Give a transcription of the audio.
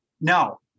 no